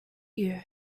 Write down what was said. you